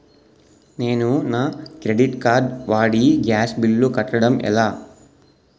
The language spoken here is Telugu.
నేను నా క్రెడిట్ కార్డ్ వాడి గ్యాస్ బిల్లు కట్టడం ఎలా?